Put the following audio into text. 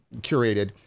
curated